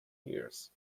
years